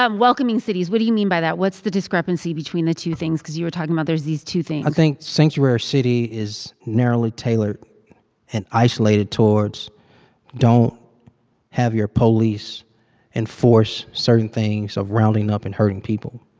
um welcoming cities what do you mean by that? what's the discrepancy between the two things because you were talking about there's these two things? i think sanctuary city is narrowly tailored and isolated towards don't have your police enforce certain things of rounding up and hurting people,